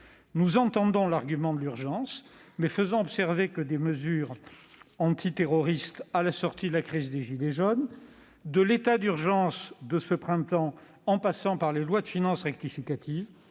Nous entendons l'argument de l'urgence, mais vous faisons observer que des mesures antiterroristes à la sortie de la crise des « gilets jaunes », de l'état d'urgence de ce printemps en passant par les lois de finances rectificatives,